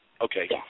Okay